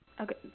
Okay